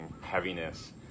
heaviness